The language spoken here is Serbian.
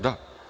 Da.